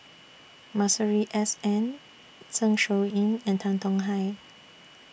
Masuri S N Zeng Shouyin and Tan Tong Hye